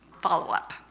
follow-up